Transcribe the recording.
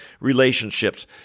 relationships